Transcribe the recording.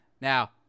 now